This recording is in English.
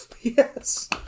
yes